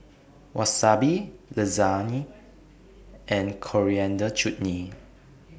Wasabi Lasagne and Coriander Chutney